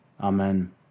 Amen